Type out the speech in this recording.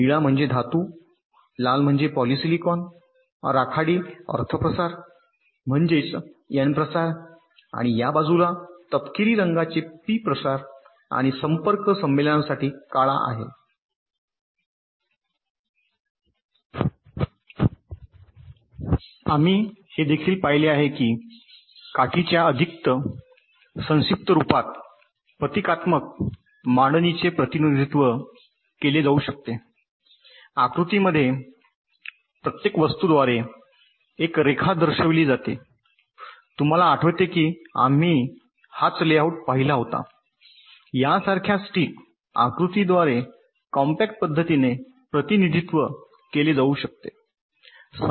निळा म्हणजे धातू लाल म्हणजे पॉलीसिलिकॉन राखाडी अर्थ प्रसार म्हणजेच एन प्रसार आणि या बाजूला तपकिरी रंगाचे पी प्रसार आणि संपर्क संमेलनसाठी काळा आहे आम्ही हे देखील पाहिले आहे की काठीच्या अधिक संक्षिप्त रुपात प्रतिकात्मक मांडणीचे प्रतिनिधित्व केले जाऊ शकते आकृतीमध्ये प्रत्येक वस्तूद्वारे एक रेखा दर्शविली जाते तुम्हाला आठवतंय की आम्ही हाच लेआउट पाहिला होता या सारख्या स्टिक आकृतीद्वारे कॉम्पॅक्ट पद्धतीने प्रतिनिधित्व केले जाऊ शकते